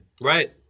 Right